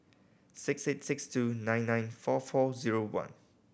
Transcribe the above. six eight six two nine nine four four zero one